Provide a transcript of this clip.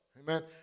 amen